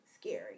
scary